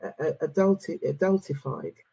adultified